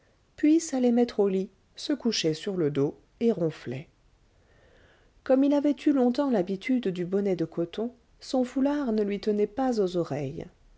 puis s'allait mettre au lit se couchait sur le dos et ronflait comme il avait eu longtemps l'habitude du bonnet de coton son foulard ne lui tenait pas aux oreilles